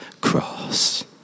cross